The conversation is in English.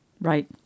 Right